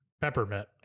Peppermint